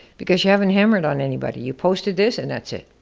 because you haven't hammered on anybody. you posted this and that's it,